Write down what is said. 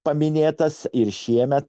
paminėtas ir šiemet